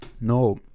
no